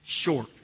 short